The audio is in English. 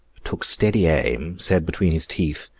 took steady aim, said between his teeth,